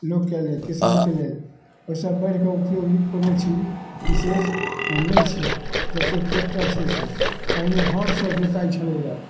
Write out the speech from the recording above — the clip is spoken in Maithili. लोकके लेल किसानके लेल ओहिसँ बढ़िकऽ उपयोगी कोनो चीज विशेष नहि छै जतेक ट्रैकटर छै से पहिने हरसँ जोताइ छलैए